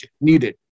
needed